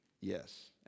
Yes